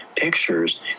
pictures